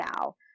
now